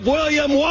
William